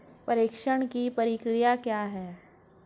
प्रेषण की प्रक्रिया क्या है?